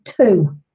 two